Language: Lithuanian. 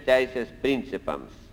teisės principams